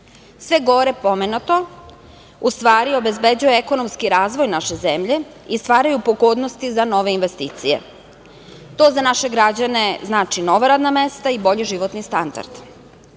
gore pomenuto u stvari obezbeđuje ekonomski razvoj naše zemlje i stvaraju pogodnosti za nove investicije. To za naše građane znači nova radna mesta i bolji životni standard. Zaista